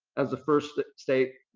as the first state,